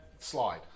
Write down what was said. slide